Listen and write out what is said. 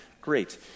Great